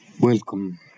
welcome